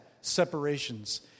separations